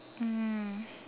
mm